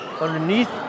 underneath